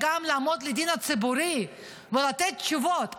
גם לעמוד לדין הציבורי ולתת תשובות.